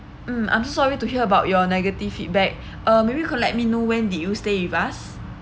mm I'm sorry to hear about your negative feedback uh maybe you could let me know when did you stay with us